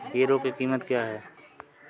Hero की कीमत क्या है?